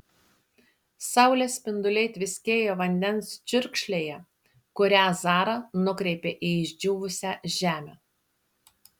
saulės spinduliai tviskėjo vandens čiurkšlėje kurią zara nukreipė į išdžiūvusią žemę